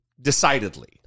decidedly